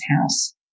house